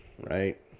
right